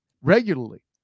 regularly